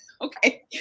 Okay